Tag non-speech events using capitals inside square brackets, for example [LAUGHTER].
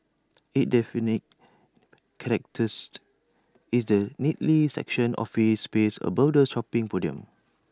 IT defining [UNINTELLIGIBLE] is the neatly sectioned office space above the shopping podium